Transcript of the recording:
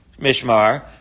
Mishmar